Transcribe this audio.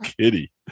Kitty